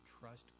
trust